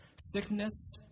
Sickness